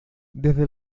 desde